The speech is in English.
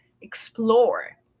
explore